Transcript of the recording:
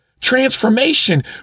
Transformation